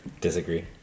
Disagree